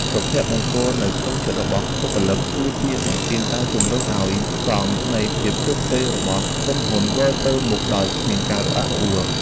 សុភមង្គលនៅក្នុងចិត្តរបស់បុគ្គលិក គឺជាម៉ាស៊ីនដែលជំរុញឱ្យកង់នៃភាពជោគជ័យរបស់ក្រុមហ៊ុនវិលទៅមុខដោយគ្មានការរអាក់រអួល។